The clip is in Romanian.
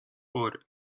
ori